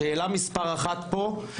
השאלה מספר אחת פה,